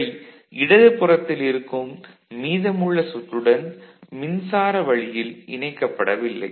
இவை இடது புறத்தில் இருக்கும் மீதமுள்ள சுற்றுடன் மின்சார வழியில் இணைக்கப்படவில்லை